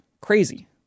crazy